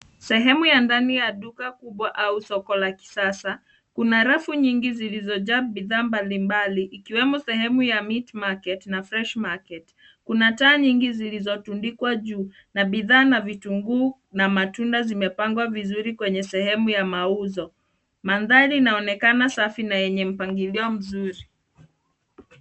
Sehemu ya ndani ya duka kubwa au soko la kisasa. Kuna rafu nyingi zilizojaa bidhaa mbalimbali, ikiwemo sehemu ya meat market na fresh market . Kuna taa nyingi zilizotundikwa juu, na bidhaa na vitunguu na matunda zimepangwa vizuri kwenye sehemu ya mauzo. Mandhari inaonekana safi na yenye mpangilio mzuri.